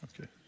Okay